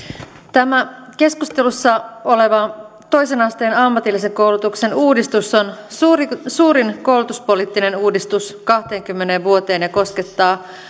tämä keskustelussa oleva toisen asteen ammatillisen koulutuksen uudistus on suurin koulutuspoliittinen uudistus kahteenkymmeneen vuoteen ja koskettaa